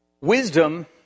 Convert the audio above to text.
Wisdom